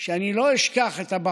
אני פגשתי את העובד